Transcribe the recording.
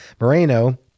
Moreno